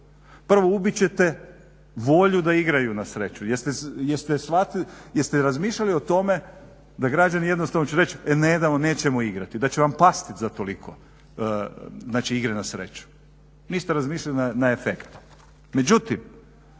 Prvo ubiti ćete volju da igraju na sreću. Jeste razmišljali o tome da građani jednostavno će reći, e nedamo, nećemo igrati, da će vam pasti za toliko znači igre na sreću. Niste razmišljali na efekt.